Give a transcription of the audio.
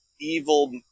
evil